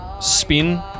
spin